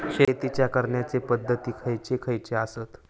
शेतीच्या करण्याचे पध्दती खैचे खैचे आसत?